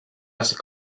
aastat